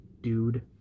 dude